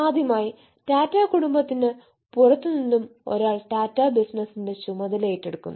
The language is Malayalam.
ആദ്യമായി ടാറ്റ കുടുംബത്തിന് പുറത്തുനിന്നും ഒരാൾ ടാറ്റ ബിസിനസിന്റെ ചുമതല ഏറ്റെടുക്കുന്നു